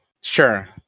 sure